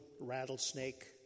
rattlesnake